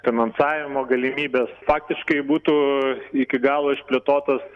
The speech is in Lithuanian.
finansavimo galimybes faktiškai būtų iki galo išplėtotas